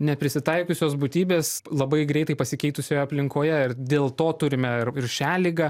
neprisitaikiusios būtybės labai greitai pasikeitusioje aplinkoje ir dėl to turime ir šią ligą